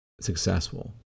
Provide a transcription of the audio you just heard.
successful